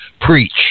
Preach